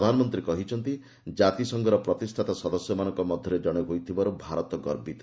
ପ୍ରଧାନମନ୍ତ୍ରୀ କହିଛନ୍ତି ଜାତିସଂଘର ପ୍ରତିଷ୍ଠାତା ସଦସ୍ୟମାନଙ୍କ ମଧ୍ୟରେ ଜଣେ ହୋଇଥିବାରୁ ଭାରତ ଗର୍ବିତ